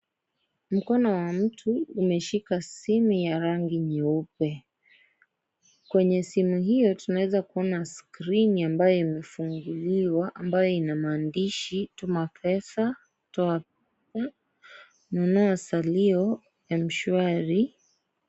Mkono wa mtu umeshika simu ya rangi nyeupe. Kwenye simu hiyo tunaweza kuona skrini ambayo imefunguliwa ambayo ina maandishi tuma pesa, toa pesa, nunua salio, m-shwari.